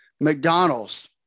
McDonald's